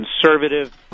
conservative